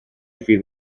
fydd